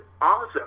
awesome